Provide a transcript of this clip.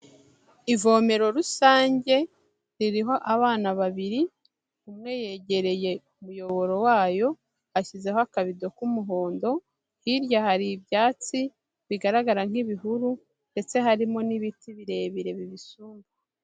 Ivomero rusange ririho abana babiri, umwe yegereye umuyoboro wayo, ashyizeho akabido k'umuhondo, hirya hari ibyatsi bigaragara nk'ibihuru, ndetse harimo n'ibiti birebire bibisumba.